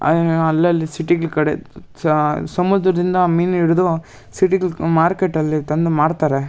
ಅಲ್ಲಲ್ಲಿ ಸಿಟಿಗಳ ಕಡೆ ಸಮುದ್ರದಿಂದ ಮೀನು ಹಿಡಿದು ಸಿಟಿಗಳು ಮಾರ್ಕೆಟಲ್ಲಿ ತಂದು ಮಾರ್ತಾರೆ